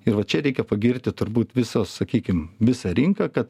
ir va čia reikia pagirti turbūt visos sakykim visą rinką kad